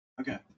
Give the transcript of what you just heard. Okay